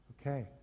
Okay